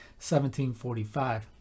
1745